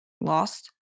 lost